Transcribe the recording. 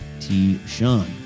T-Sean